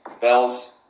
Bells